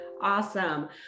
Awesome